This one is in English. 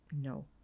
No